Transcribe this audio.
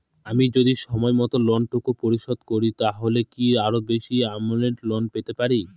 আমি যদি সময় মত লোন টুকু পরিশোধ করি তাহলে কি আরো বেশি আমৌন্ট লোন পেতে পাড়ি?